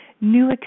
new